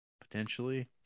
potentially